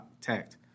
tact